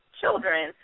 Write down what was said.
children